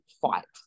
fight